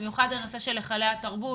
במיוחד הנושא של היכלי התרבות,